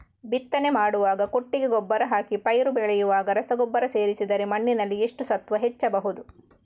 ಬಿತ್ತನೆ ಮಾಡುವಾಗ ಕೊಟ್ಟಿಗೆ ಗೊಬ್ಬರ ಹಾಕಿ ಪೈರು ಬೆಳೆಯುವಾಗ ರಸಗೊಬ್ಬರ ಸೇರಿಸಿದರೆ ಮಣ್ಣಿನಲ್ಲಿ ಎಷ್ಟು ಸತ್ವ ಹೆಚ್ಚಬಹುದು?